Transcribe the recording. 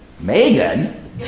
Megan